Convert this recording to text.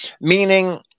meaning